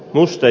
gospel